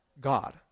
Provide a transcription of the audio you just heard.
God